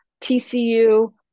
TCU